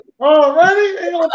Already